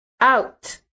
out